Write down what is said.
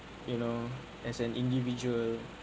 you know as an individual